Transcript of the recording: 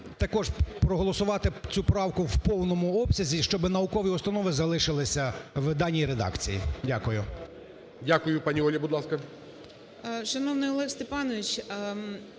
також проголосувати цю правку в повному обсязі, щоб наукові установи залишились в даній редакції. Дякую. ГОЛОВУЮЧИЙ. Дякую. Пані Оля, будь ласка.